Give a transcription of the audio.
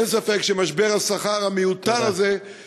אין ספק שמשבר השכר המיותר הזה, תודה.